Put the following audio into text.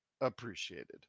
appreciated